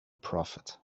prophet